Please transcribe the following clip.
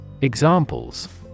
Examples